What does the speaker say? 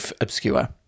obscure